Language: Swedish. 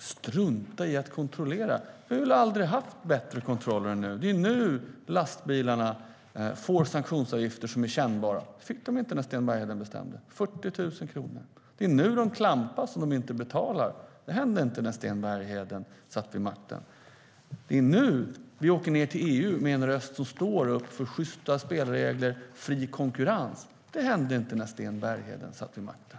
Struntar i att kontrollera? Vi har väl aldrig haft bättre kontroller än nu? Det är nu lastbilarna får kännbara sanktionsavgifter. Det fick de inte när Sten Bergheden bestämde. 40 000 kronor är det fråga om. Det är nu de klampas om man inte betalar. Detta hände inte när Sten Bergheden satt vid makten. Det är nu vi åker ned till EU och står upp för sjysta spelregler och fri konkurrens. Det hände inte när Sten Bergheden satt vid makten.